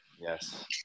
yes